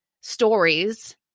stories